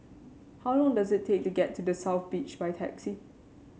how long does it take to get to The South Beach by taxi